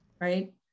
Right